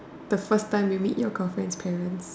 the first time you meet your girlfriend's parents